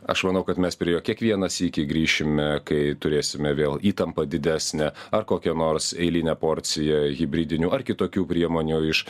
aš manau kad mes prie jo kiekvieną sykį grįšime kai turėsime vėl įtampą didesnę ar kokią nors eilinę porciją hibridinių ar kitokių priemonių iš